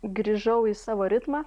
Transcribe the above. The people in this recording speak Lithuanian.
grįžau į savo ritmą